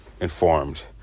informed